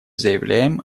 заявляем